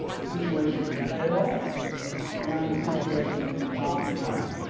the situation in carroll and the situation in johnson county.